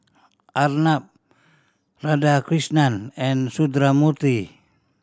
Arnab Radhakrishnan and Sundramoorthy